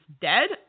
dead